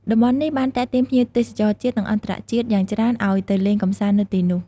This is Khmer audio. តំបន់នេះបានទាក់ទាញភ្ញៀវទេសចរជាតិ និងអន្តរជាតិយ៉ាងច្រើនឱ្យទៅលេងកម្សាន្តនៅទីនោះ។